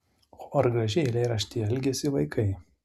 o ar gražiai eilėraštyje elgiasi vaikai